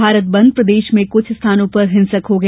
भारत बंद प्रदेश में कुछ स्थानों पर हिंसक हो गया